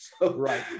Right